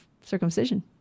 circumcision